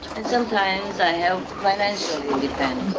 and sometimes, i help financially depends.